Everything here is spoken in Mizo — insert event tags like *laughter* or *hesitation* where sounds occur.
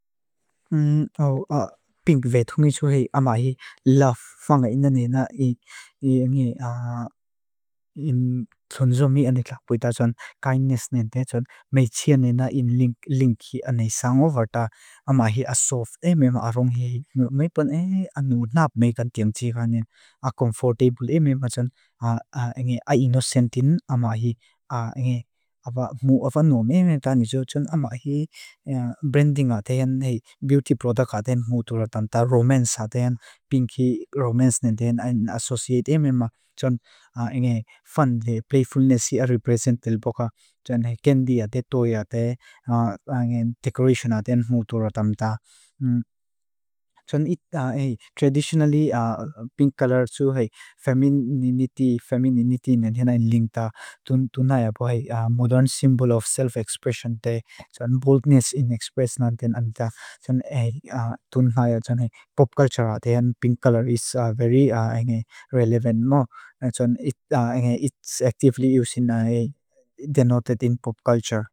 *hesitation* Píng vethungi chu hei ama hii love fanga ina nena. Í ngi *hesitation* i Ín tón zómi anik lak buita chun. Kindness nen te chun. Mey txia nena in link, link hii ane sangu varta. Ama hii asove e meam arong hei. Meipon e anu náp mei kan tíang tíga nen. A comfortable e meam a chun. *hesitation* A inocentin ama hii. Aba mú of anu. Ama hii... Branding a te ian. Beauty product a te ian. Romance a te ian. Pinky romance nen te ian. Associate e meam a chun. *hesitation* Fun de. Playfulness ia represent tel boka. Chun hei candy a te. Toy a te. *hesitation* Decoration a te ian. Mú tóra tam ta. Chun it... *hesitation* Traditionally pink color chu hei. Femininity. Femininity nen hena in link ta. Chun tunhaya po hei. Modern symbol of self-expression te. Chun boldness in expressiona ten anita. Chun hei. *hesitation* Chun pop culture a te ian. Pink color is very *hesitation* relevant mú. Chun it *hesitation* it's actively using *hesitation* denoted in pop culture.